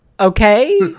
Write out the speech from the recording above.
Okay